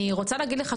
אני רוצה להגיד לך,